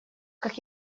как